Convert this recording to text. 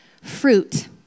fruit